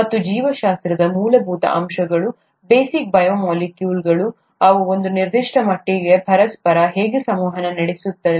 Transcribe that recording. ಮತ್ತು ಜೀವಶಾಸ್ತ್ರದ ಮೂಲಭೂತ ಅಂಶಗಳು ಬೇಸಿಕ್ ಬಯೋ ಮಾಲಿಕ್ಯುಲ್ಗಳು ಅವು ಒಂದು ನಿರ್ದಿಷ್ಟ ಮಟ್ಟಿಗೆ ಪರಸ್ಪರ ಹೇಗೆ ಸಂವಹನ ನಡೆಸುತ್ತವೆ